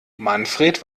manfred